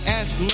ask